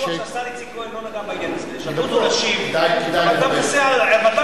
אם באופוזיציה, להגיש אי-אמון, אם להמשיך